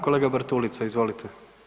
Kolega Bartulica izvolite.